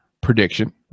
prediction